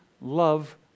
love